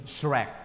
Shrek